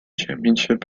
championship